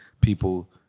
people